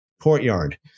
courtyard